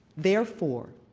therefore,